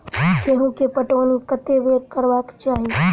गेंहूँ केँ पटौनी कत्ते बेर करबाक चाहि?